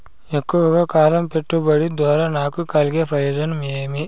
ఎక్కువగా కాలం పెట్టుబడి ద్వారా నాకు కలిగే ప్రయోజనం ఏమి?